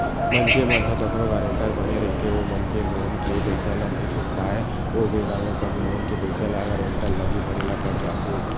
मनखे मन ह कखरो गारेंटर बने रहिथे ओ मनखे लोन के पइसा ल नइ छूट पाय ओ बेरा म कभू लोन के पइसा ल गारेंटर ल ही भरे ल पड़ जाथे